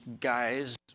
guys